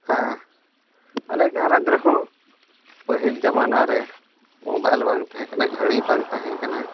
ᱦᱮᱸ ᱟᱞᱮ ᱜᱷᱟᱨᱚᱸᱡᱽ ᱨᱮᱦᱚᱸ ᱯᱟᱹᱦᱤᱞᱨᱮ ᱡᱚᱢᱟᱱᱟ ᱨᱮ ᱢᱳᱵᱟᱭᱤᱞ ᱵᱟᱝ ᱛᱟᱦᱮᱸ ᱠᱟᱱᱟ ᱜᱷᱟᱹᱲᱤ ᱵᱟᱝ ᱛᱟᱦᱮᱸ ᱠᱟᱱᱟ